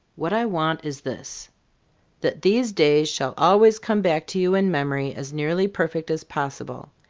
what i want is this that these days shall always come back to you in memory as nearly perfect as possible.